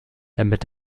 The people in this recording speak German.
damit